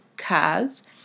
cars